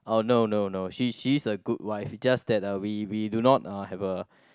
orh no no no she she's a good wife just that uh we we do not uh have a